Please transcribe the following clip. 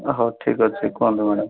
ହଉ ଠିକ୍ ଅଛି କୁହନ୍ତୁ ମ୍ୟାଡ଼ାମ୍